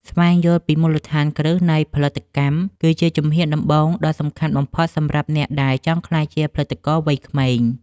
ស្វែងយល់ពីមូលដ្ឋានគ្រឹះនៃផលិតកម្មគឺជាជំហានដំបូងដ៏សំខាន់បំផុតសម្រាប់អ្នកដែលចង់ក្លាយជាផលិតករវ័យក្មេង។